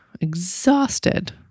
exhausted